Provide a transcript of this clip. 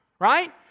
right